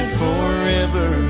forever